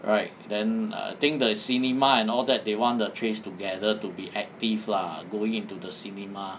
right then I think the cinema and all that they want the trace together to be active lah going into the cinema